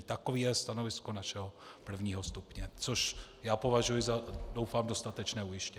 Takové je stanovisko našeho prvního stupně, což já považuji za doufám dostatečné ujištění.